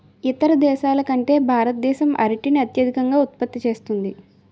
ఇతర దేశాల కంటే భారతదేశం అరటిని అత్యధికంగా ఉత్పత్తి చేస్తుంది